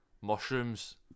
mushrooms